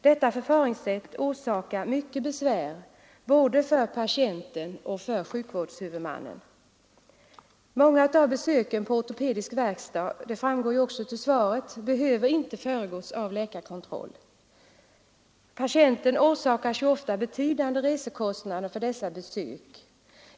Detta förfaringssätt orsakar mycket besvär både för patienten och för sjukvårdshuvudmannen. Många besök på ortopedisk verkstad behöver inte föregås av läkarkontroll, vilket också framgår av svaret. Patienter orsakas ofta betydande resekostnader för dessa besök.